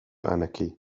anarchy